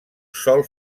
sol